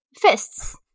fists